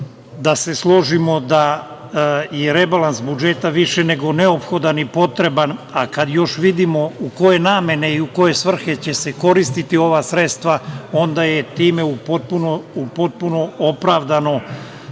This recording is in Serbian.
da se složimo da je rebalans budžeta više nego neophodan i potreban, a kad još vidimo u koje namene i u koje svrhe će se koristiti ova sredstva onda je time potpuno opravdano